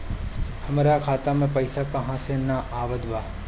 हमरा खाता में पइसा काहे ना आवत बा?